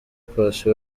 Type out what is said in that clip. paccy